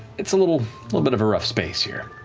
it's a little little bit of a rough space here.